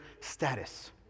status